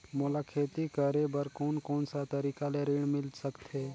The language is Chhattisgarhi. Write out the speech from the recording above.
मोला खेती करे बर कोन कोन सा तरीका ले ऋण मिल सकथे?